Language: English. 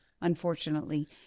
unfortunately